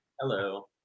hello